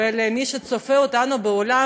ולמי שצופה בנו באולם,